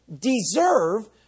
Deserve